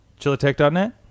Chillatech.net